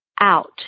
out